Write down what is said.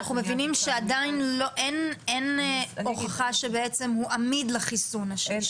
אנחנו מבינים שעדיין אין הוכחה שהוא עמיד לחיסון השלישי.